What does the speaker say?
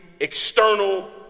external